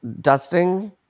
dusting